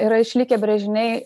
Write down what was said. yra išlikę brėžiniai